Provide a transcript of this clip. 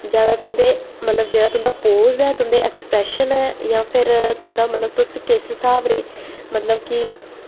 जादा तुं'दे मतलब जादा तुं'दा पोज़ ऐ तुं'दे एक्सप्रेशन ऐ जां फिर तुं'दा मतलब तुस किस स्हाब दे मतलब कि